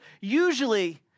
Usually